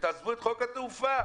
ותעזבו את חוק התעופה,